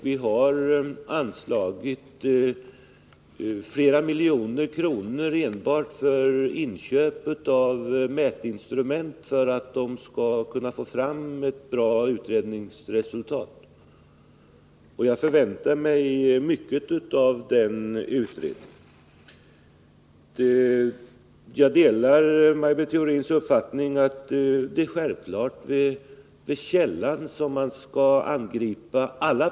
Vi har anslagit flera miljoner kronor enbart för inköp av mätinstrument, för att det skall bli möjligt att få fram ett bra utredningsresultat. Jag väntar mig mycket av den här utredningen. Självfallet delar jag Maj Britt Theorins uppfattning att det är vid källan som man skall angripa problemen.